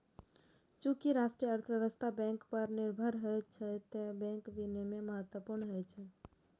चूंकि राष्ट्रीय अर्थव्यवस्था बैंक पर निर्भर होइ छै, तें बैंक विनियमन महत्वपूर्ण होइ छै